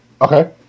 Okay